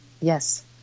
Yes